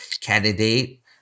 candidate